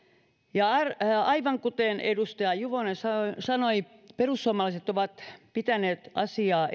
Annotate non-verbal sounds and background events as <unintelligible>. aivan kuten edustaja juvonen sanoi sanoi perussuomalaiset ovat pitäneet asiaa <unintelligible>